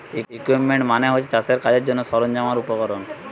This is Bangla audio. ইকুইপমেন্ট মানে হচ্ছে চাষের কাজের জন্যে সরঞ্জাম আর উপকরণ